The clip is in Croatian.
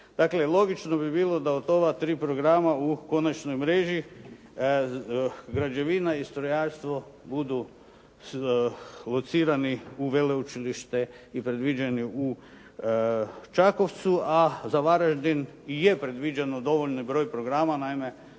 logično bi bilo da od ova tri programa u konačnoj mreži građevina i strojarstvo budu locirani u veleučilište i predviđeni u Čakovcu, a za Varaždin je predviđen dovoljni broj programa. Naime,